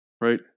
Right